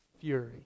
fury